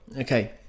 Okay